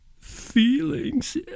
feelings